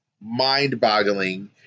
mind-boggling